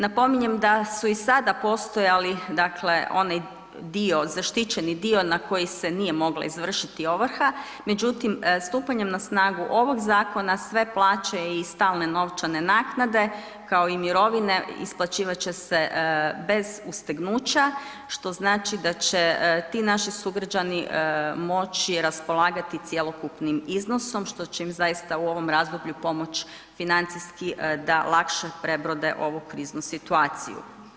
Napominjem da su i sada postojali onaj dio zaštićeni dio na koji se nije mogla izvršiti ovrha, međutim stupanjem na snagu ovog zakona sve plaće i stalne novčane naknade kao i mirovine isplaćivat će se bez ustegnuća, što znači da će ti naši sugrađani moći raspolagati cjelokupnim iznosom što će im zaista u ovom razdoblju pomoći financijski da lakše prebrode ovu kriznu situaciju.